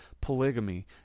polygamy